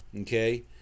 okay